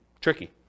tricky